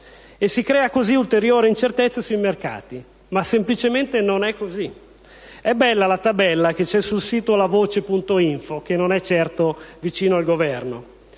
e si crea così ulteriore incertezza sui mercati, ma semplicemente non è così. È bella la tabella che è stata pubblicata sul sito www.lavoce.info, che non è certo vicino al Governo: